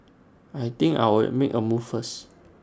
I think I'll make A move first